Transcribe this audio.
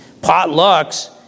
potlucks